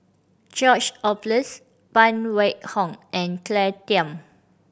George Oehlers Phan Wait Hong and Claire Tham